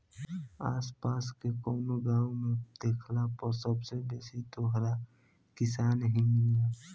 आस पास के कवनो गाँव में देखला पर सबसे बेसी तोहरा किसान ही मिलिहन